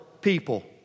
people